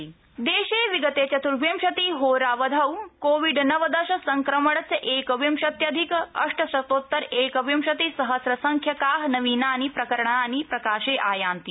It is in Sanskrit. कोविड अद्यतन देशे विगते चत्र्विंशति होरावधौ कोविड नवदश संक्रमणस्य एकविंशत्यधिक अष्ट शतोत्तर एकविंशतिसहस्रसंख्यकानवीनानि प्रकरणानि प्रकाशे आयान्ति